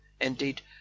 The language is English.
Indeed